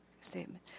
statement